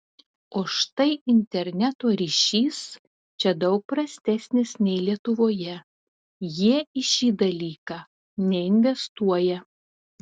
o štai interneto ryšys čia daug prastesnis nei lietuvoje jie į šį dalyką neinvestuoja